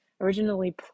Originally